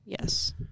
Yes